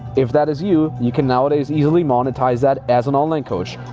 if that is you, you can nowadays easily monetize that as an online coach.